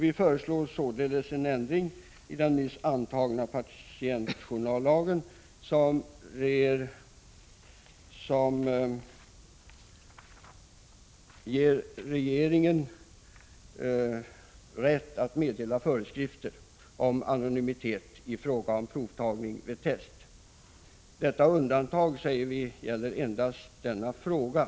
Vi föreslår således en ändring i den nyligen antagna patientjournallagen som ger regeringen rätt att meddela föreskrifter om anonymitet i fråga om provtagning vid test. Vi framhåller att detta undantag endast gäller i denna fråga.